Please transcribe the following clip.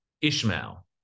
Ishmael